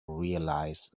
realize